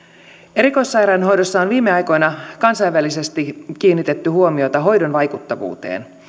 erikoissairaanhoidossa on viime aikoina kansainvälisesti kiinnitetty huomiota hoidon vaikuttavuuteen